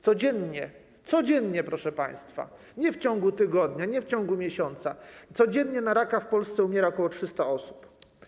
Codziennie, proszę państwa, nie w ciągu tygodnia, nie w ciągu miesiąca, codziennie na raka w Polsce umiera ok. 300 osób.